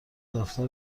دفتر